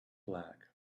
flag